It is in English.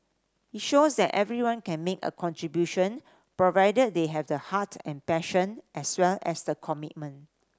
it shows that everyone can make a contribution provided they have the heart and passion as well as the commitment